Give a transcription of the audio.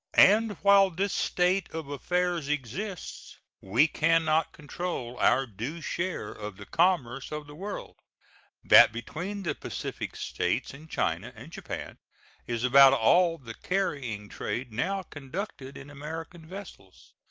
and while this state of affairs exists we can not control our due share of the commerce of the world that between the pacific states and china and japan is about all the carrying trade now conducted in american vessels.